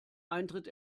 eintritt